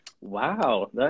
Wow